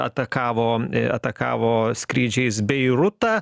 atakavo atakavo skrydžiais beirutą